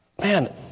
Man